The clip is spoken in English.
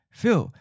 Phil